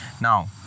Now